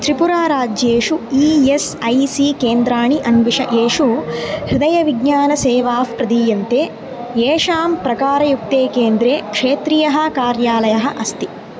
त्रिपुराराज्येषु E S I C केन्द्राणि अन्विष येषु हृदयविज्ञानसेवाः प्रदीयन्ते येषां प्रकारयुक्ते केन्द्रे क्षेत्रीयः कार्यालयः अस्ति